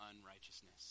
unrighteousness